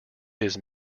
his